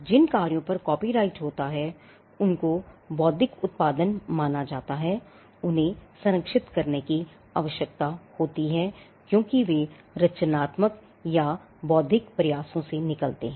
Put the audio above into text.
जिन कार्यों पर कॉपीराइट होता है उनको बौद्धिक उत्पादन माना जाता है उन्हें संरक्षित करने की आवश्यकता होती है क्योंकि वे रचनात्मक या बौद्धिक प्रयासों से निकलते हैं